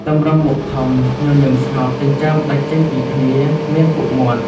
ទម្រង់មុខធំ ញញឹមស្ងប់ ចិញ្ចើមដាច់ចេញពីគ្នា មានពុកមាត់។